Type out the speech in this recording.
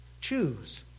Choose